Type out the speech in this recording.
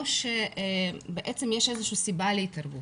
או שיש איזושהי סיבה להתערבות.